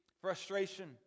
frustration